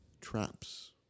traps